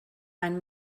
ein